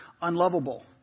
unlovable